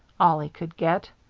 all he could get.